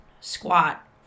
squat